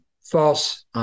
false